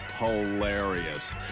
Hilarious